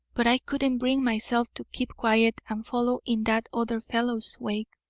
but i couldn't bring myself to keep quiet and follow in that other fellow's wake.